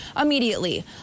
immediately